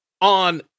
on